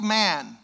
man